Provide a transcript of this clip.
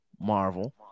Marvel